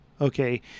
okay